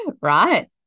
right